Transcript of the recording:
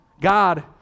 God